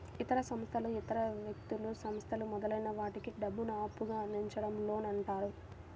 ఇతర సంస్థలు ఇతర వ్యక్తులు, సంస్థలు మొదలైన వాటికి డబ్బును అప్పుగా అందించడం లోన్ అంటారు